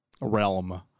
realm